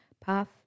path